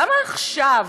למה עכשיו?